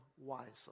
wisely